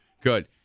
Good